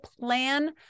plan